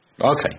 Okay